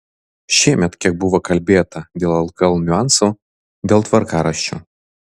šiemet kiek buvo kalbėta dėl lkl niuansų dėl tvarkaraščių